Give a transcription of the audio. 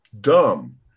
dumb